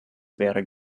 wäre